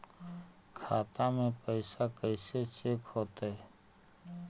खाता में पैसा कैसे चेक हो तै?